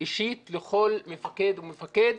אישית לכל מפקד ומפקד,